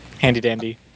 Handy-dandy